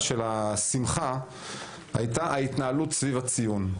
של השמחה הייתה ההתנהלות סביב הציון.